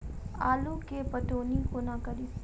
आलु केँ पटौनी कोना कड़ी?